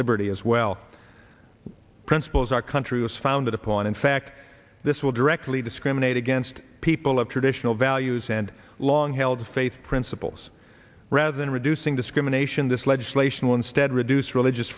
liberty as well principles our country was founded upon in fact this will directly discriminate against people of traditional values and long held faith principles rather than reducing discrimination this legislation will instead reduce religious